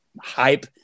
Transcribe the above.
hype